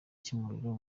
cy’umuriro